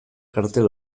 kartel